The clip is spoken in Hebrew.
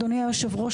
אדוני יושב הראש,